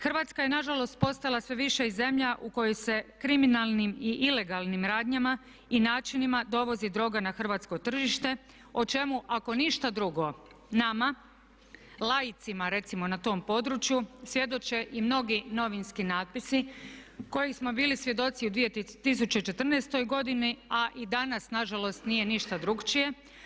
Hrvatska je nažalost postala sve više i zemlja u kojoj se kriminalnim i ilegalnim radnjama i načinima dovozi droga na hrvatsko tržište o čemu ako ništa drugo nama laicima recimo na tom području svjedoče i mnogi novinski natpisi kojih smo bili svjedoci u 2014. godini a i danas nažalost nije ništa drukčije.